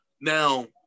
Now